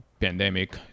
pandemic